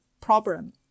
problem